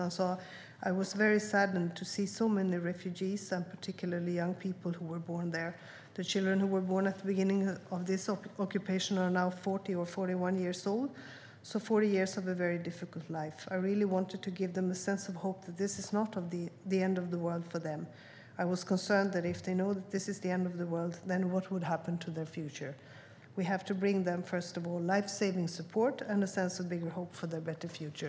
Han sa: "I was very saddened to see so many refugees and, particularly, young people who were born there. The children who were born at the beginning of this occupation are now 40 or 41 years old. So forty years of a very difficult life. I really wanted to give them a sense of hope that this not the end of the world for them. I was concerned that if they know that this is the end of their world, then what will happen to their future? We have to bring them, first of all, lifesaving support and a sense of bigger hope for their better future."